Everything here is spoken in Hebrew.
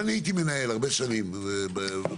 אבל הייתי מנהל הרבה שנים בעירייה,